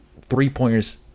three-pointers